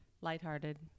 lighthearted